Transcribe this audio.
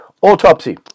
Autopsy